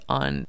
on